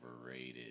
overrated